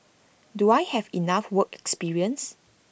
do I have enough work experience